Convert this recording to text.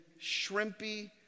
shrimpy